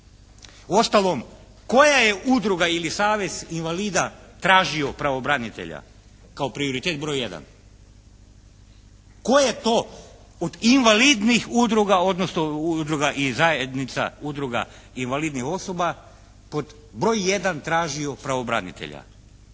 Uostalom, koja je udruga ili savez invalida tražio pravobranitelja kao prioritet broj 1? Tko je to od invalidnih udruga, odnosno udruga i zajednica udruga invalidnih osoba pod broj 1 tražio pravobranitelja?